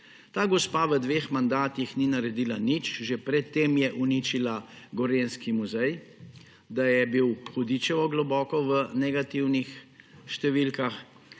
Ta gospa v dveh mandatih ni naredila nič, že pred tem je uničila Gorenjski muzej, da je bil hudičevo globoko v negativnih številkah,